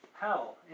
hell